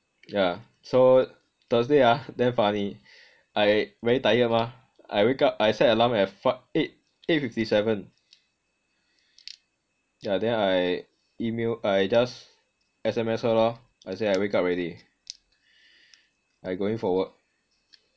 yah so thursday ah damn funny I very tired mah I wake up I set alarm at fi~ eight eight fifty seven yah then I email I just S_M_S her lor I say I wake up already I going for work